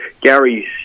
Gary's